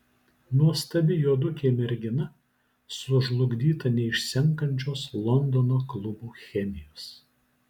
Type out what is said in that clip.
nuostabi juodukė mergina sužlugdyta neišsenkančios londono klubų chemijos